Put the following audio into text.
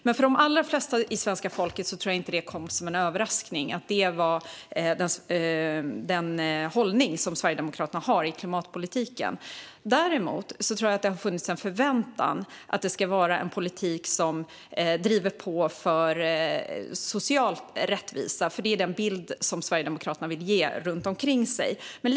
Men för de allra flesta i svenska folket tror jag inte att det kommer som en överraskning att detta är den hållning som Sverigedemokraterna har i klimatpolitiken. Däremot tror jag att det har funnits en förväntan på att det ska vara en politik som driver på för social rättvisa, för det är den bild som Sverigedemokraterna vill ge av sig själva.